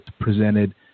presented